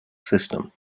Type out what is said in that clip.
system